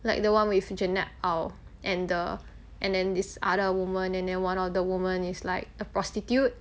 like the one with jeanette aw and the and then this other woman and then one of the woman is like a prostitute